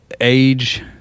age